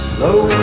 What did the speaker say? Slow